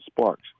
Sparks